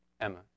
Emma